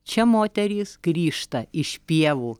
čia moterys grįžta iš pievų